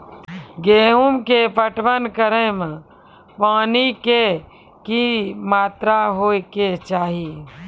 गेहूँ के पटवन करै मे पानी के कि मात्रा होय केचाही?